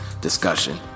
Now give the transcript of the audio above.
discussion